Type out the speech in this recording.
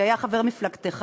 שהיה חבר מפלגתך,